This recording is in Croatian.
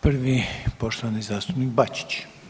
Prvi poštovani zastupnik Bačić.